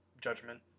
judgment